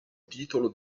titolo